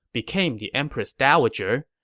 became the empress dowager,